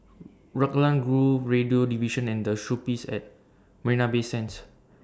Raglan Grove Radio Division and The Shoppes At Marina Bay Sands